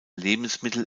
lebensmittel